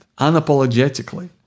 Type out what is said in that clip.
unapologetically